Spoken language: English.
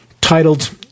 titled